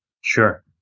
Sure